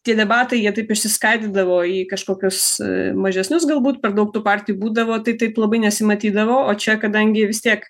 tie debatai jie taip išsiskaidydavo į kažkokius mažesnius galbūt per daug tų partijų būdavo tai taip labai nesimatydavo o čia kadangi vis tiek